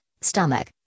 stomach